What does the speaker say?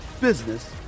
business